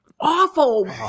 Awful